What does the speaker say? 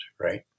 right